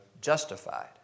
justified